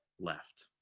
left